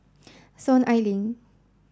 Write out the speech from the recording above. Soon Ai Ling